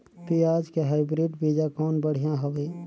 पियाज के हाईब्रिड बीजा कौन बढ़िया हवय?